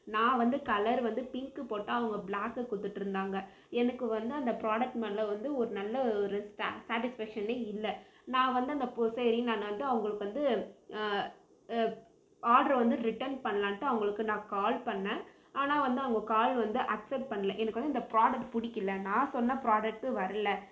நான் வந்து கலர் வந்து பிங்க்கு போட்டால் அவங்க ப்ளாக்கை கொடுத்துட்ருந்தாங்க எனக்கு வந்து அந்த ப்ராடக்ட் மேல் வந்து ஒரு நல்ல ஒரு ஸ்ட சேடிஸ்ஃபேக்ஷனே இல்லை நான் வந்து அந்த பொ சரின்னான்ட்டு அவங்களுக்கு வந்து ஏப் ஆர்டரை வந்து ரிட்டன் பண்ணலான்ட்டு அவங்களுக்கு நான் கால் பண்ணேன் ஆனால் வந்து அவங்க கால் வந்து அக்சப்ட் பண்ணலை எனக்கு வந்து இந்த ப்ராடக்ட் பிடிக்கல நான் சொன்ன ப்ராடக்ட்டு வரலை